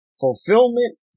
fulfillment